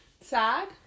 Sad